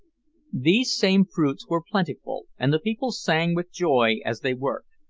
these same fruits were plentiful, and the people sang with joy as they worked.